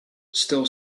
still